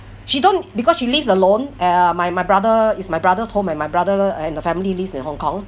she don't because she lives alone uh my my brother is my brother's home and my brother and the family lives in hong kong